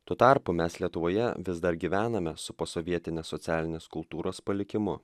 tuo tarpu mes lietuvoje vis dar gyvename su posovietinės socialinės kultūros palikimu